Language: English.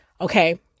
okay